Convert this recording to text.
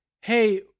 hey